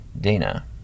Dana